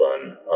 fun